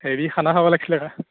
হেৰি খানা খাব লাগিছিলে এটা